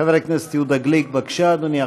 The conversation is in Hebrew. חבר הכנסת יהודה גליק, בבקשה, אדוני.